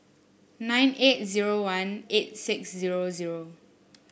nine eight zero one eight six zero zero